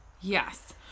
Yes